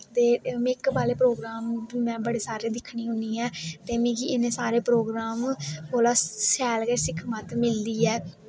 ते मेकअप आह्ले प्रोग्राम बी में बड़े सारे दिक्खनी होन्नी ऐं ते मिगी इनें सारे प्रोग्राम कोला शैल गै सिक्खमत मिलदी ऐ